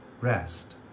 rest